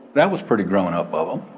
that was pretty growing up of him.